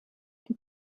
die